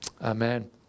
Amen